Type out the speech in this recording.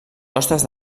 costes